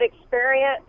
experience